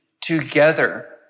together